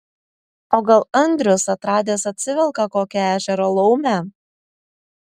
o gal andrius atradęs atsivelka kokią ežero laumę